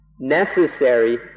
necessary